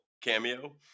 cameo